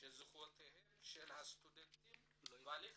שזכויותיהם של הסטודנטים בהליך